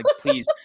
please